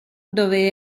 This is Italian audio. dove